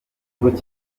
gikuru